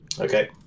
Okay